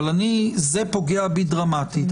אבל זה פוגע בי דרמטית,